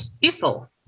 people